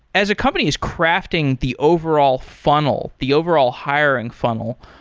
as a company is crafting the overall funnel, the overall hiring funnel,